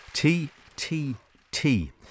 T-T-T